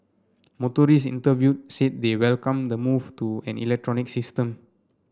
motorists interviewed said they welcome the move to an electronic system